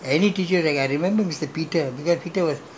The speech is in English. no the teachers you are asking me I can't remember any teacher